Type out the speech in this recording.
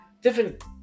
different